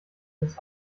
des